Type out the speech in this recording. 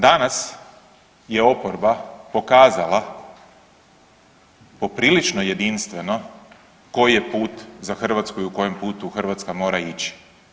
Danas je oporba pokazala poprilično jedinstveno koji je put za Hrvatsku i u kojem putu Hrvatska mora ići.